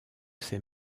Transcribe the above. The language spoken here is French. ses